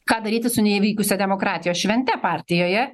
ką daryti su neįvykusia demokratijos švente partijoje